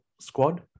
squad